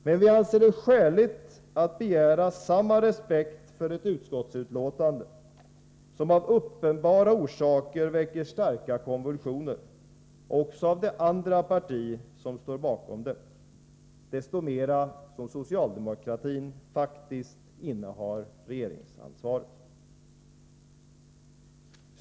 Men vi anser det skäligt att begära samma respekt för ett utskottsbetänkande som av uppenbara orsaker väcker starka konvulsioner också inom det andra parti som står bakom, desto mera som socialdemokratin faktiskt innehar regeringsansvaret.